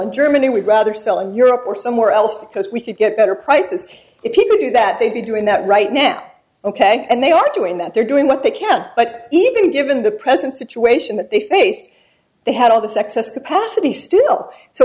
in germany we'd rather sell in europe or somewhere else because we could get better prices if people knew that they'd be doing that right now ok and they are doing that they're doing what they can but even given the present situation that they faced they had all this excess capacity still so